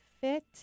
Fit